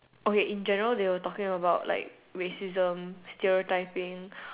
okay in general they were talking about like racism stereotyping